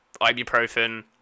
ibuprofen